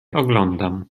oglądam